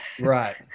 right